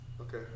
Okay